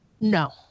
No